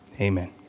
amen